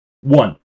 one